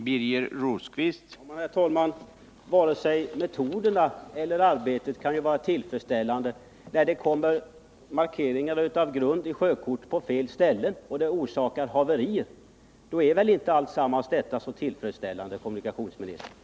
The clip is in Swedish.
Herr talman! Varken metoderna eller arbetet kan vara tillfredsställande, när markeringen av grund görs på fel ställe i sjökortet, vilket orsakar haverier. Då är väl inte alltsammans så tillfredsställande, kommunikationsministern?